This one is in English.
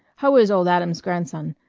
how is old adam's grandson?